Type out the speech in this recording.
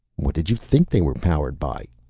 what did you think they were powered by?